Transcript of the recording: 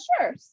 Sure